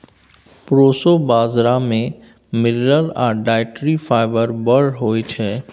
proso बजरा मे mineral आ डाइटरी फाइबर बड़ होइ छै